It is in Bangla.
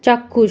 চাক্ষুষ